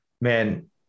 man